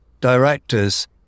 directors